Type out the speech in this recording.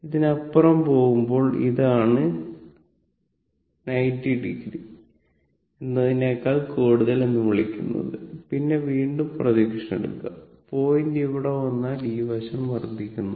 ഇതിനപ്പുറം പോകുമ്പോൾ അതാണ് 90 o എന്നതിനെക്കാൾ കൂടുതൽ ennu വിളിക്കുന്നത് പിന്നെ വീണ്ടും പ്രൊജക്ഷൻ എടുക്കുക പോയിന്റ് ഇവിടെ വന്നാൽ ഈ വശം വർദ്ധിക്കുന്നു